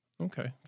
Okay